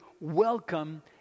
welcome